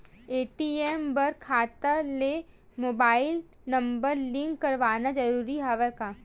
ATM बर खाता ले मुबाइल नम्बर लिंक करवाना ज़रूरी हवय का?